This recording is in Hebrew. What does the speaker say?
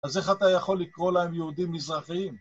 אז איך אתה יכול לקרוא להם יהודים מזרחיים?